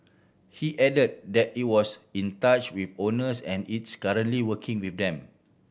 he added that it was in touch with owners and is currently working with them